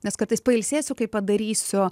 nes kartais pailsėsiu kai padarysiu